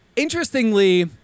Interestingly